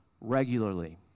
regularly